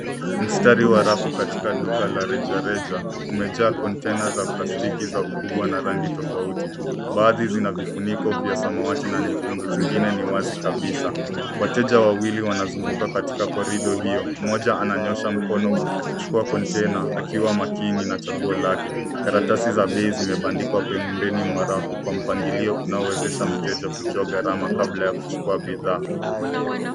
Mstari wa rafu katika duka la rejareja, umejaa kontaina za plastiki za ukubwa na rangi tofauti. Baadhi zina vifuniko vya samawati na nyekundu zingine ni wazi kabisa. Wateja wawili wanazunguka katika korido hiyo. Mmoja ananyosha mkono kuchukua kontaina akiwa makini na chaguo lake. Karatasi za bei zimebandikwa pembeni mwa rafu kwa mpangilio unaowezesha mteja kujua gharama kabla ya kuchukua bidhaa.